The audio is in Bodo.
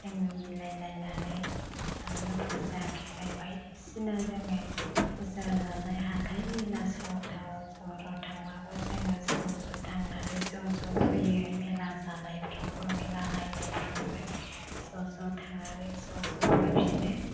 जोङो मिलायनायनानै थाङो फुजा खेराय बायदिसिना जोङो फुजा जानाय हाथाइ मेला सहर टाउन सहराव थांबाबो जोङो ज ज थांनानै ज ज फैयो मेला जानायफ्रावबो मेला नायनायफ्रावबो ज ज थांनानै ज ज फैफिनो